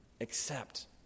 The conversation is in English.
Accept